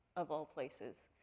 of all places.